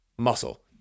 muscle